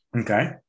Okay